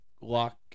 Lock